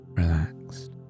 relaxed